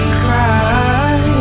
cry